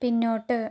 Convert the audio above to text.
പിന്നോട്ട്